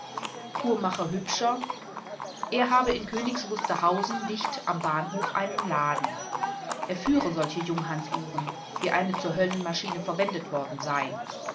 uhrmacher hübscher er habe in königs wusterhausen dicht am bahnhof einen laden er führe solche junghans uhren wie eine zur höllenmaschine verwendet worden sei